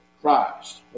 Christ